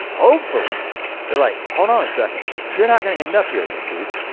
hopefully they're like, hold on a second. you're not gonna end up here again dude,